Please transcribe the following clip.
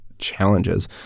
challenges